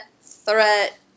threat